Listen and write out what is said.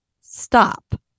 Stop